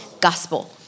Gospel